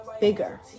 bigger